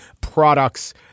products